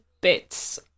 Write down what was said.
bits